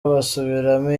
basubiramo